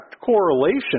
correlation